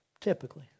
Typically